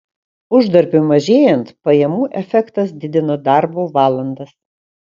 uždarbiui mažėjant pajamų efektas didina darbo valandas